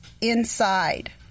inside